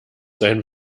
sein